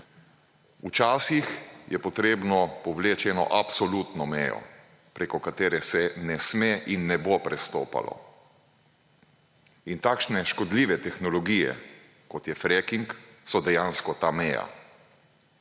Včasih je potrebno povleči eno absolutno mejo preko katere se ne sme in ne bo prestopalo. In takšne škodljive tehnologije kot je fracking so dejansko ta meja.